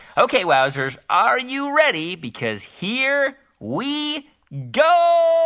ok, wowzers, are you ready? because here we go